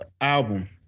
album